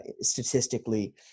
statistically